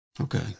Okay